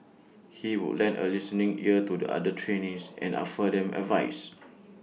he would lend A listening ear to the other trainees and offer them advice